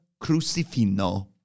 Crucifino